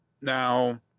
Now